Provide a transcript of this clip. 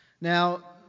Now